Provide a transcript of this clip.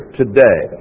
today